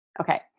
okay